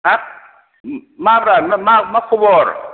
हो ओम माब्रा मा मा खबर